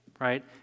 right